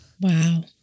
Wow